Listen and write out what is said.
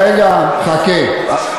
רגע, חכה.